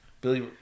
Billy